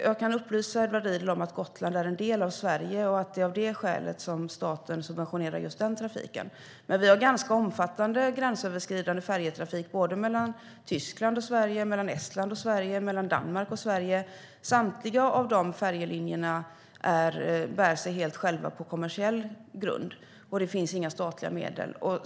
Jag kan upplysa Edward Riedl om att Gotland är en del av Sverige och att det är av det skälet som staten subventionerar just den trafiken. Men vi har ganska omfattande gränsöverskridande färjetrafik mellan Tyskland och Sverige, mellan Estland och Sverige samt mellan Danmark och Sverige. Samtliga de färjelinjerna bär sig helt själva på kommersiell grund, och det finns inga statliga medel.